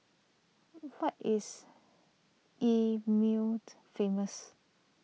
what is E mured famous